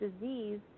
disease